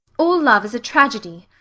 all love is a tragedy.